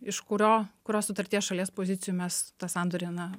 iš kurio kurios sutarties šalies pozicijų mes tą sandorį na